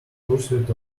pursuit